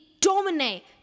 dominate